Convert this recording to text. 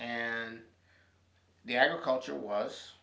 and the agriculture was